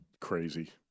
crazy